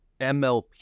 MLP